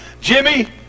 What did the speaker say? Jimmy